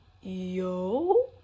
yo